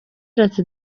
ati